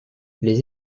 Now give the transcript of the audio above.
les